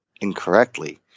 incorrectly